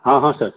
हाँ हाँ सर